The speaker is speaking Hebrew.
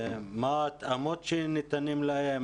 מה ההתאמות שניתנות להם?